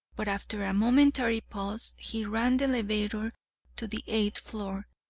but after a momentary pause he ran the elevator to the eighth floor,